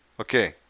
Okay